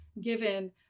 given